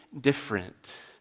different